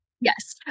Yes